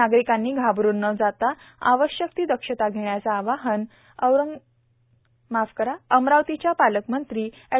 नागरिकांनी घाबरून न जाता आवश्यक ती दक्षता घेण्याचे आवाहन पालकमंत्री अँड